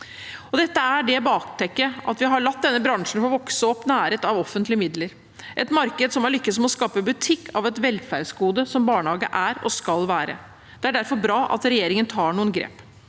regulering. Bakteppet er at vi har latt denne bransjen vokse opp næret av offentlige midler; det er et marked som har lykkes med å skape butikk av et velferdsgode som barnehage er og skal være. Det er derfor bra at regjeringen tar noen grep.